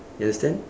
you understand